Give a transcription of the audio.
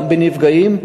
גם בנפגעים,